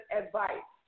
advice